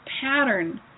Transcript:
pattern